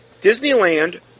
Disneyland